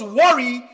worry